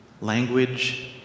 language